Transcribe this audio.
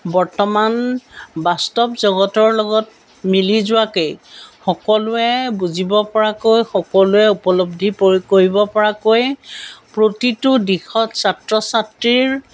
বৰ্তমান বাস্তৱ জগতৰ লগত মিলি যোৱাকৈ সকলোৱে বুজিব পৰাকৈ সকলোৱে উপলব্ধি প্ৰয়োগ কৰিব পৰাকৈয়ে প্ৰতিটো দিশত ছাত্ৰ ছাত্ৰীৰ